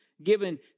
given